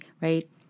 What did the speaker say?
right